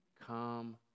Come